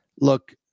look